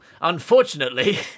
Unfortunately